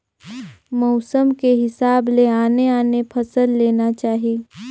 मउसम के हिसाब ले आने आने फसल लेना चाही